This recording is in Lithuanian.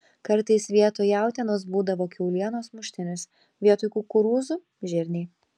kartais vietoj jautienos būdavo kiaulienos muštinis vietoj kukurūzų žirniai